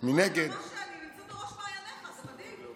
אני רואה שאני נמצאת בראש מעייניך, זה מדהים.